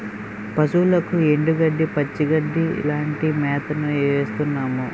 పశువులకు ఎండుగడ్డి, పచ్చిగడ్డీ లాంటి మేతను వేస్తున్నాము